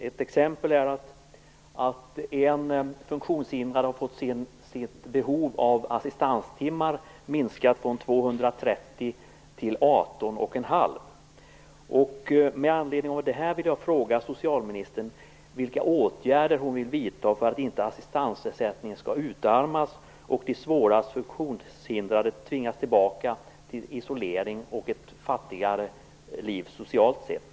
Ett exempel är att en funktionshindrad har fått antalet assistanstimmar som vederbörande är i behov av minskat från 230 till 18,5 timmar. Med anledning av detta vill jag fråga socialministern vilka åtgärder hon vill vidta för att assistansersättningen inte skall utarmas och för att de svårast funktionshindrade inte skall tvingas tillbaka till isolering och ett fattigare liv socialt sett.